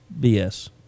BS